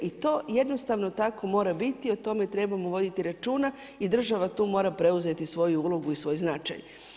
I to jednostavno tako mora biti, o tome trebamo voditi računa i država tu mora preuzeti svoju ulogu i svoj značaj.